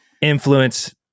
influence